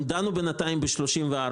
הם דנו בינתיים ב-34,